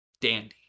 Dandy